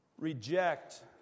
reject